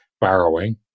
borrowing